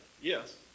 Yes